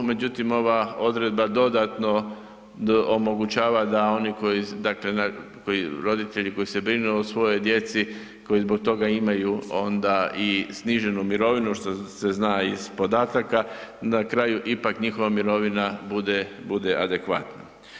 Međutim, ova odredba dodatno omogućava da oni koji dakle roditelji koji se brinu o svojoj djeci, koji zbog toga imaju onda i sniženu mirovinu što se zna iz podataka na kraju ipak njihova mirovina bude adekvatna.